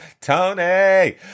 Tony